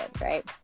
right